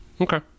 okay